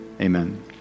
amen